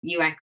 UX